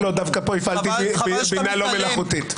דווקא פה הפעלתי בינה לא מלאכותית.